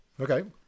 Okay